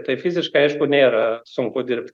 tai fiziškai aišku nėra sunku dirbt